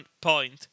point